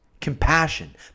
compassion